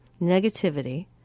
negativity